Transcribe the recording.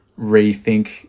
rethink